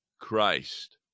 Christ